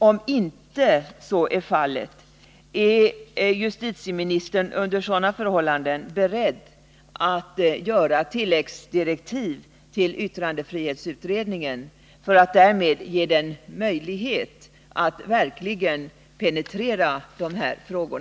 Om inte så är fallet, är justitieministern då beredd att utfärda tilläggsdirektiv till yttrandefrihetsutredningen för att därmed ge den möjlighet att verkligen penetrera dessa frågor?